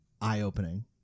eye-opening